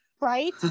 Right